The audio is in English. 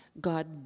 God